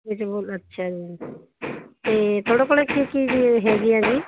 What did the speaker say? ਅੱਛਾ ਜੀ ਅਤੇ ਤੁਹਾਡੇ ਕੋਲ ਕੀ ਕੀ ਇਹ ਹੈਗੀ ਹੈ ਜੀ